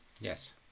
Yes